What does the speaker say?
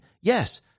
Yes